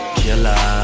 killer